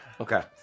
Okay